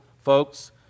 folks